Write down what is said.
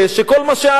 כל מה שעלה,